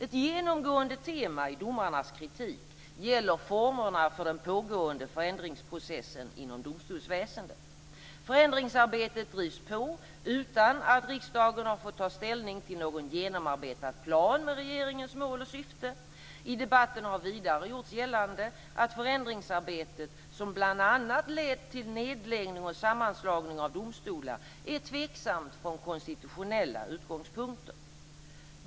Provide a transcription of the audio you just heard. Ett genomgående tema i domarnas kritik gäller formerna för den pågående förändringsproceesen inom domstolsväsendet. Förändringsarbetet drivs på utan att riksdagen har fått ta ställning till någon genomarbetad plan med regeringens mål och syfte. I debatten har vidare gjorts gällande att förändringsarbetet, som bl.a. lett till nedläggning och sammanslagning av domstolar, är tveksamt från konstitutionella utgångspunkter.